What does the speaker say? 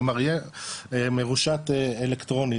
כלומר יהיה מרושת אלקטרונית.